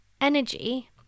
energy